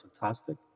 fantastic